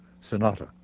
sonata